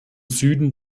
süden